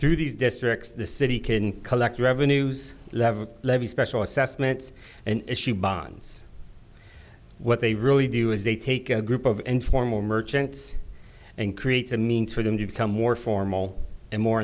through these districts the city can collect revenues level special assessments and issue bonds what they really do is they take a group of informal merchants and creates a means for them to become more formal and more